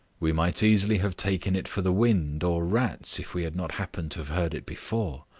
we might easily have taken it for the wind or rats if we had not happened to have heard it before.